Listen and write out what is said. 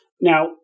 Now